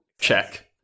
Check